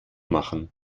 machen